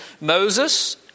Moses